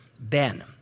Ben